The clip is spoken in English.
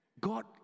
God